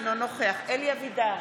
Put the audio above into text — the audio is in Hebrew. אינו נוכח אלי אבידר,